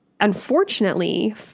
unfortunately